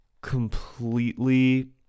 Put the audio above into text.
completely